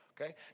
okay